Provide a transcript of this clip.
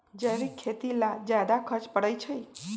जैविक खेती ला ज्यादा खर्च पड़छई?